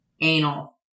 anal